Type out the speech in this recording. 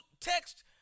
text